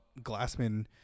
Glassman